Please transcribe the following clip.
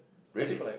really